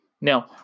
Now